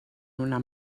una